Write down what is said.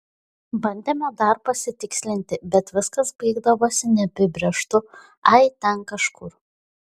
bandėme dar pasitikslinti bet viskas baigdavosi neapibrėžtu ai ten kažkur